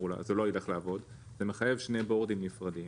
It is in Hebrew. הולך לעבוד וזה מחייב שני "בורדים" נפרדים,